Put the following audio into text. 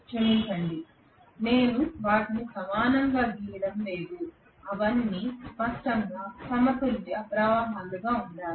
క్షమించండి నేను వాటిని సమానంగా గీయడం లేదు అవన్నీ స్పష్టంగా సమతుల్య ప్రవాహాలుగా ఉండాలి